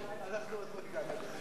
היריון,